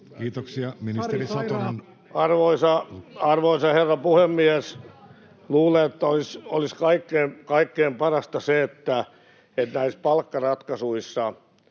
Kiitoksia. — Ministeri Satonen. Arvoisa herra puhemies! Luulen, että olisi kaikkein parasta se, että näissä palkkaratkaisuissa